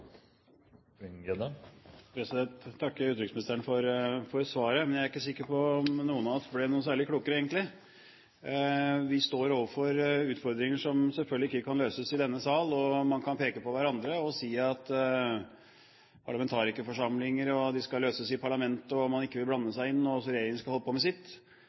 ikke sikker på om noen av oss egentlig ble noe særlig klokere. Vi står overfor utfordringer som selvfølgelig ikke kan løses i denne sal. Man kan peke på hverandre og si at utfordringene skal løses i parlamentet, at man ikke vil blande seg inn, og at regjeringer skal holde på med sitt,